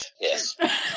Yes